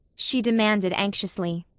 she demanded anxiously.